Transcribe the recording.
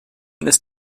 ist